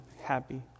happy